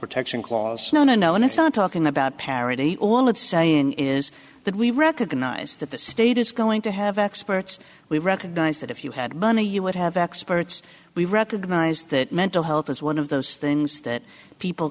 protection clause no no no it's not talking about parity all it's saying is that we recognize that the state is going to have experts we recognize that if you had money you would have experts we recognise that mental health is one of those things that people